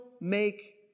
make